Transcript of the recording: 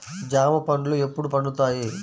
జామ పండ్లు ఎప్పుడు పండుతాయి?